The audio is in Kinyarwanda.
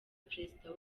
perezida